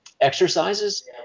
exercises